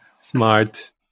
smart